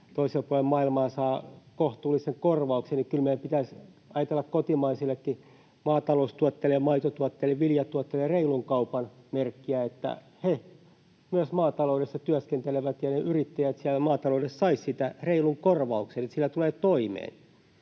toisella puolella maailmaa saavat kohtuullisen korvauksen. Kyllä meidän pitäisi ajatella kotimaisillekin maataloustuotteille ja maitotuotteille ja viljatuotteille reilun kaupan merkkiä, että myös maataloudessa työskentelevät ja ne yrittäjät siellä maataloudessa saisivat siitä reilun korvauksen, että sillä tulee toimeen.